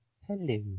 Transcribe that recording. Hello